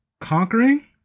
conquering